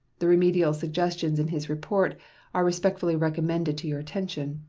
the remedial suggestions in his report are respectfully recommended to your attention,